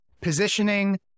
positioning